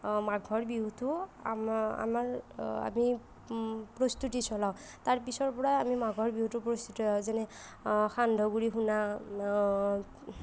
মাঘৰ বিহুটো আমা আমাৰ আমি প্ৰস্তুতি চলাওঁ তাৰ পিছৰ পৰাই আমি মাঘৰ বিহুটো পৰিচিত হয় যেনে সান্দহ গুৰি খুন্দা